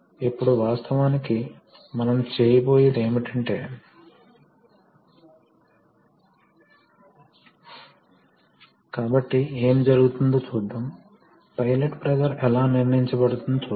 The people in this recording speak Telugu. కాబట్టి ఇది కంప్రెస్ చేయబడని లూబ్రికేటింగ్ మరియు మండేది మండేది అంటే ఫ్లాష్ పాయింట్ పరిగణించబడాలి